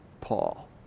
Paul